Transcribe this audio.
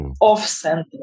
off-center